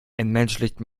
entmenschlicht